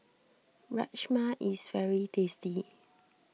Rajma is very tasty